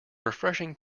refreshing